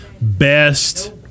best